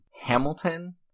Hamilton